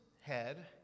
head